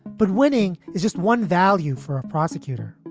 but winning is just one value for a prosecutor.